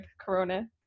Corona